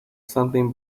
something